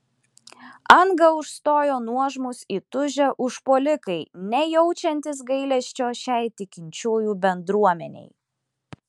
angą užstojo nuožmūs įtūžę užpuolikai nejaučiantys gailesčio šiai tikinčiųjų bendruomenei